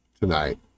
tonight